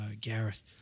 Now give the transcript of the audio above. Gareth